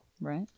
Right